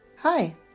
Hi